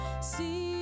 see